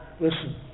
Listen